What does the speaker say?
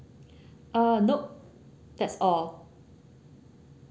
uh nope that's all